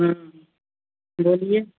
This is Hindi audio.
हाँ बोलिए